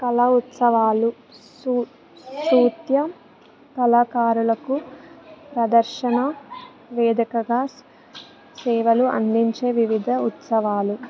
కళా ఉత్సవాలు సూ నృత్య కళాకారులకు ప్రదర్శన వేదికగా సేవలు అందించే వివిధ ఉత్సవాలు